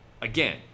again